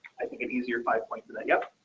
i think it easier by point to that. yep.